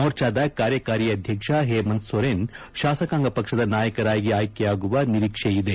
ಮೋರ್ಚಾದ ಕಾರ್ಯಕಾರಿ ಅಧ್ಯಕ್ಷ ಹೇಮಂತ್ ಸೊರೆನ್ ಶಾಸಕಾಂಗ ಪಕ್ಷದ ನಾಯಕರಾಗಿ ಆಯ್ಲೆಯಾಗುವ ನಿರೀಕ್ಷೆ ಇದೆ